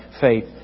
faith